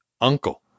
uncle